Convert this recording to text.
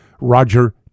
Roger